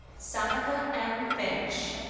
sonika m. finch.